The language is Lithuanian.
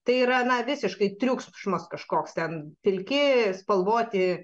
tai yra na visiškai triukšmas kažkoks ten pilki spalvoti